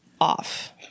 off